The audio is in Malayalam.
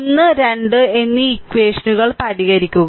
1 2 എന്നീ ഇക്വഷനുകൾ പരിഹരിക്കുക